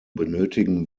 benötigen